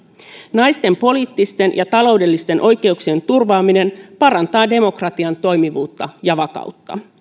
naisten poliittisten ja taloudellisten oikeuksien turvaaminen parantaa demokratian toimivuutta ja vakautta